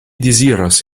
deziras